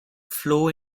flow